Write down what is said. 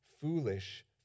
foolish